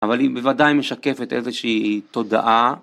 אבל היא בוודאי משקפת איזושהי תודעה.